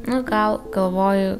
nu gal galvoju